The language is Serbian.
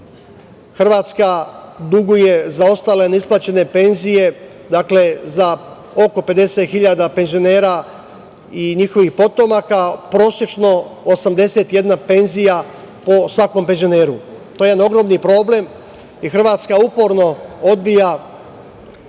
Hrvatska duguje zaostale neisplaćene penzije za oko 50.000 penzionera i njihovih potomaka, prosečno 81 penzija po svakom penzioneru. To je jedan ogroman problem. Hrvatska uporno odbija